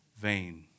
vain